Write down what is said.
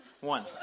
One